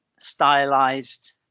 stylized